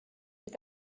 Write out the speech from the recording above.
est